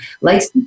likes